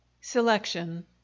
selection